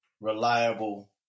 reliable